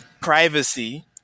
privacy